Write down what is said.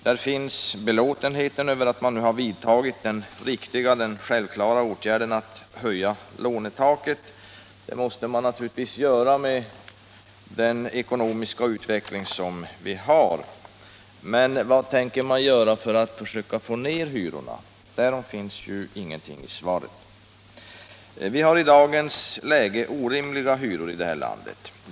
Där finns bara belåtenheten över att man nu vidtagit den riktiga och självklara åtgärden att höja lånetaket. Det måste man naturligtvis göra med den ekonomiska utveckling som vi har. Men vad tänker man göra för att försöka få ned hyrorna? Därom finns ju ingenting i svaret. Vi har i dagens läge orimliga hyror här i landet.